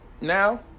Now